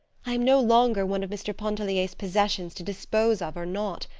i am no longer one of mr. pontellier's possessions to dispose of or not.